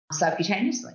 subcutaneously